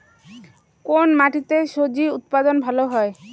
কোন মাটিতে স্বজি উৎপাদন ভালো হয়?